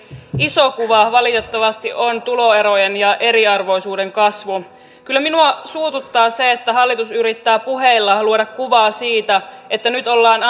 iso kuva valitettavasti on tuloerojen ja eriarvoisuuden kasvu kyllä minua suututtaa se että hallitus yrittää puheilla luoda kuvaa siitä että nyt ollaan